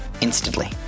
instantly